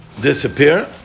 disappear